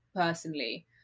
personally